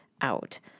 out